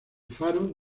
faro